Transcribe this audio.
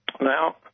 Now